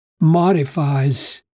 modifies